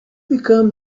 become